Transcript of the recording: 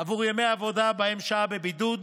עבור ימי העבודה שבהם שהה בבידוד,